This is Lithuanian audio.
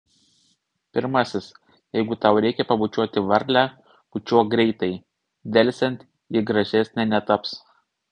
pirmasis jeigu tau reikia pabučiuoti varlę bučiuok greitai delsiant ji gražesnė netaps